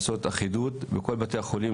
חברתית לעשות אחידות בכל בתי החולים,